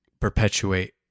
perpetuate